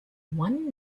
one